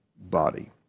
body